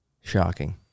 shocking